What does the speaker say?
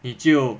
你就